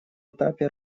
этапе